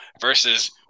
versus